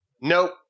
Nope